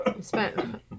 spent